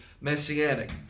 messianic